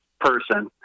person